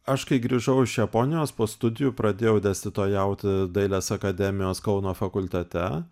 aš kai grįžau iš japonijos po studijų pradėjau dėstytojauti dailės akademijos kauno fakultete